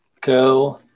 go